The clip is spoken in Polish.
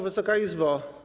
Wysoka Izbo!